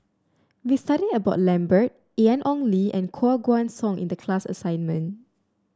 we studied about Lambert Ian Ong Li and Koh Guan Song in the class assignment